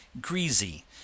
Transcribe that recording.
greasy